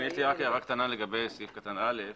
כן, יש לי רק הערה קטנה לגבי סעיף קטן (א),